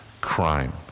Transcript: crime